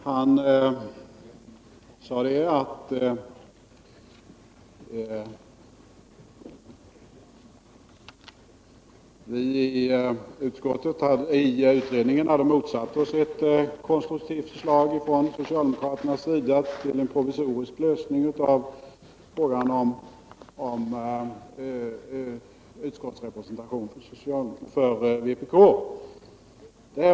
Han sade här att vi i utredningen hade motsatt oss ett konstruktivt förslag från socialdemokratisk sida till en provisorisk lösning av frågan om utskottsrepresentation för vpk.